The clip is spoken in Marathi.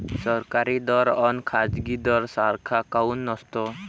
सरकारी दर अन खाजगी दर सारखा काऊन नसतो?